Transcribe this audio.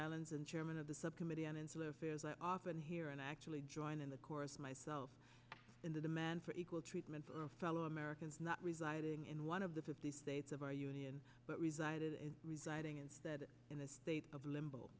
islands and chairman of the subcommittee and insular affairs i often hear and i actually join in the chorus myself in the demand for equal treatment on our fellow americans not residing in one of the fifty states of our union but resided in residing instead in a state of limbo